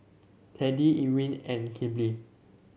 Teddie Irwin and Kelby